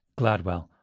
gladwell